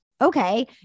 okay